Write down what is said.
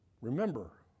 Remember